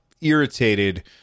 irritated